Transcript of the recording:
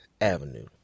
Avenue